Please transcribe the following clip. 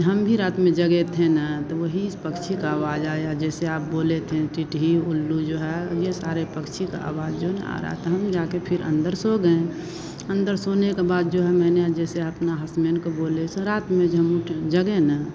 हम भी रात में जगे थे ना तो वही पक्षी की आवाज़ आई जैसे आप बोले थे ना टिटही उल्लू जो है अ ये सारे पक्षी की आवाज़ जो है ना आ रही थी हम जाकर फिर अन्दर सो गए अन्दर सोने के बाद जो है मैंने अ जैसे अपने हसबेंड को बोले स रात में जो हम उठे जगे ना